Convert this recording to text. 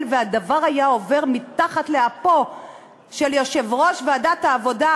והדבר היה עובר מתחת לאפו של יושב-ראש ועדת העבודה,